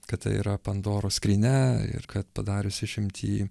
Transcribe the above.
kad tai yra pandoros skrynia ir kad padarius išimtį